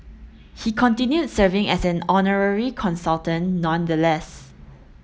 he continued serving as an honorary consultant nonetheless